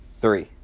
three